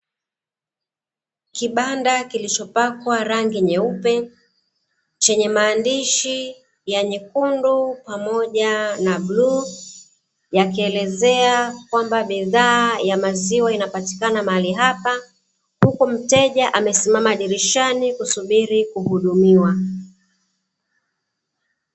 Kibanda kilichopakwa rangi nyeupe, chenye maandishi ya Nyekundu pamoja na bluu, yakielezea kwamba bidhaa ya maziwa inapatikana mahali hapa, huku mteja amesiamama dirishani kusubiri kuhudumiwa.